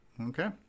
Okay